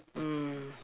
mm